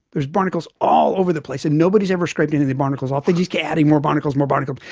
there's barnacles all over the place, and nobody has ever scraped any of the barnacles off, they just keep adding more barnacles, more barnacles.